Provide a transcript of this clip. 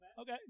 Okay